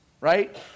Right